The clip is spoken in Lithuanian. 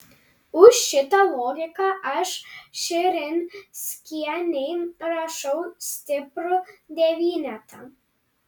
už šitą logiką aš širinskienei rašau stiprų devynetą